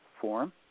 form